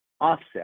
offset